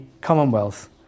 Commonwealth